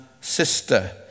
sister